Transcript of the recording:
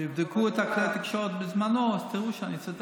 תבדקו את כלי התקשורת בזמנו אז תראו שאני צודק,